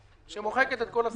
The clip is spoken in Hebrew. כן,